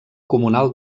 comunal